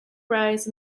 rise